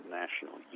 national